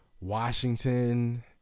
Washington